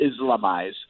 Islamize